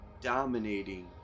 dominating